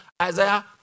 Isaiah